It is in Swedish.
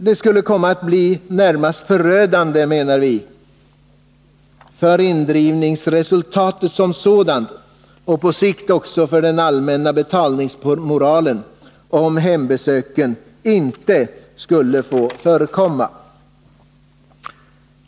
Det skulle komma att bli närmast förödande, menar vi, för indrivningsresultatet — och på sikt också för den allmänna betalningsmoralen — om hembesök inte skulle få förekomma.